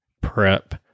prep